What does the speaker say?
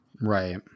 Right